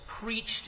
preached